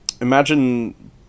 Imagine